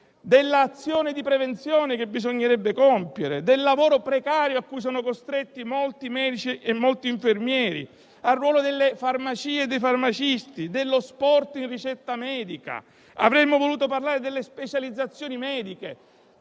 dell'azione di prevenzione che bisognerebbe compiere; del lavoro precario a cui sono costretti molti medici e infermieri; del ruolo delle farmacie e dei farmacisti; dello sport in ricetta medica. Avremmo voluto parlare delle specializzazioni mediche;